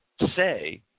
say